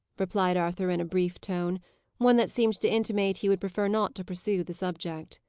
replied arthur, in a brief tone one that seemed to intimate he would prefer not to pursue the subject.